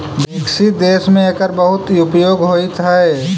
विकसित देश में एकर बहुत उपयोग होइत हई